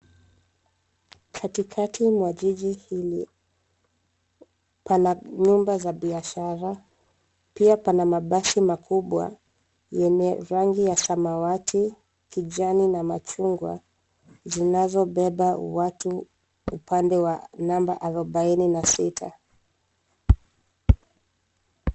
Katikati mwa jiji hili pana nyumba za biashara, pia pana mabasi makubwa ,yenye rangi ya samawati kijani na machungwa zinazobeba watu upande wa namba arobaini na sita .